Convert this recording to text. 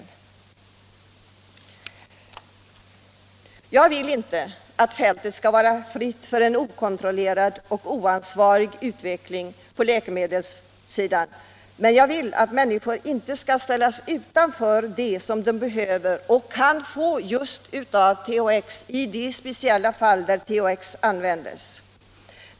I Jag anser inte att fältet skall vara fritt för en okontrollerad och oansvarig utveckling på läkemedelssidan, men jag vill att människor inte skall ställas utanför det som de behöver och kan få i de speciella fall där 81 THX-preparatet används.